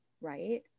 right